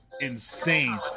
insane